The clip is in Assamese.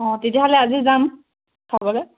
অঁ তেতিয়াহ'লে আজি যাম খাবলৈ